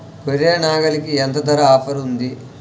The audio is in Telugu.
గొర్రె, నాగలికి ఎంత ధర ఆఫర్ ఉంది?